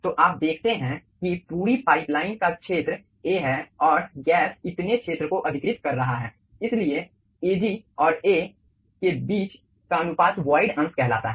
तो आप देखते हैं कि पूरी पाइप लाइन का क्षेत्र A है और गैस इतने क्षेत्र को अधिकृत कर रहा है इसलिए Ag और A के बीच का अनुपात वॉइड अंश कहलाता है